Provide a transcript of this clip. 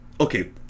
okay